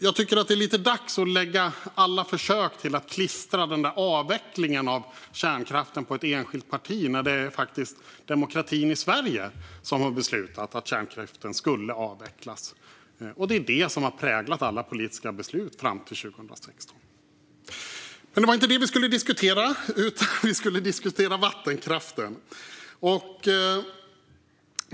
Jag tycker att det är dags att lägga undan alla försök att klistra avvecklingen av kärnkraften på ett enskilt parti. Det var faktiskt demokratin i Sverige som beslutade att kärnkraften skulle avvecklas, och det är detta som har präglat alla politiska beslut fram till 2016. Men det var inte detta vi skulle diskutera, utan vi skulle diskutera vattenkraften.